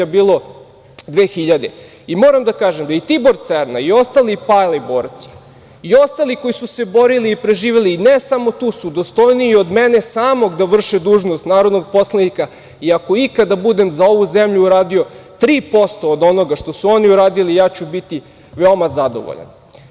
Moram da kažem da i Tibor Cerna i ostali pali borci i ostali koji su se borili i preživeli ne samo tu su dostojniji od mene samog da vrše dužnost narodnog poslanika i ako ikada budem za ovu zemlju uradio 3% od onoga što su oni uradili ja ću biti veoma zadovoljan.